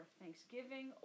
thanksgiving